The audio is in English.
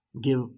give